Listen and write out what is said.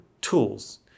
tools